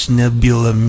nebula